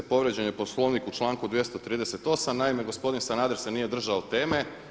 Povrijeđen je Poslovnik u članku 238., naime gospodin Sanader se nije držao teme.